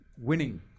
winning